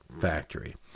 factory